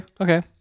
okay